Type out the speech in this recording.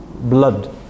blood